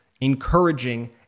encouraging